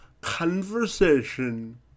conversation